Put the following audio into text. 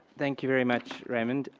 thank you very much, raymond.